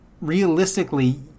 realistically